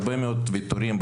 הרבה מאוד ויתורים,